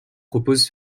proposent